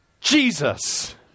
Jesus